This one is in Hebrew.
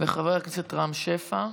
וחבר הכנסת רם שפע.